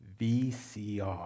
VCR